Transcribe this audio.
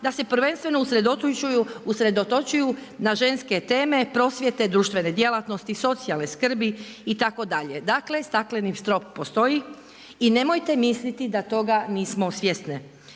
da se prvenstveno usredotočuju na ženske teme, prosvjete, društvene djelatnosti, socijalne skrbi itd. Dakle, stakleni strop postoji i nemojte misliti da toga nismo svjesne.